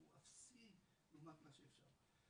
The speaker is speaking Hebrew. הוא אפסי לעומת מה שאפשר לעשות.